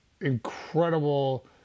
incredible